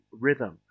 rhythm